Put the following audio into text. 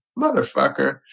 motherfucker